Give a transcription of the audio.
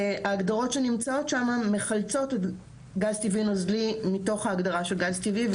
וההגדרות שנמצאות שם מחלצות גז טבעי נוזלי מתוך ההגדרה של גז טבעי.